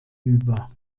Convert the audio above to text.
über